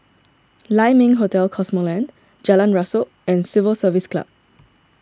Lai Ming Hotel Cosmoland Jalan Rasok and Civil Service Club